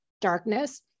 darkness